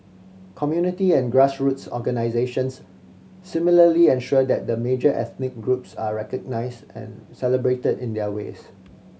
community and grassroots organisations similarly ensure that the major ethnic groups are recognised and celebrated in their ways